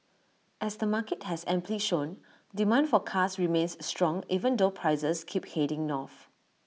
as the market has amply shown demand for cars remains strong even though prices keep heading north